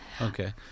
Okay